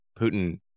Putin